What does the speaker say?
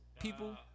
people